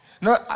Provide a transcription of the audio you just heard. No